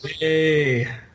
Yay